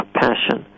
passion